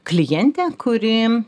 klientę kuri